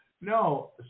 No